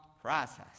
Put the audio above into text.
process